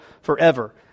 forever